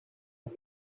and